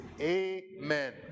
Amen